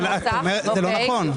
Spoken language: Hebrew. זה לא נכון.